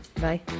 bye